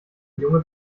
junge